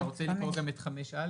אתה רוצה לקרוא גם את (5א)?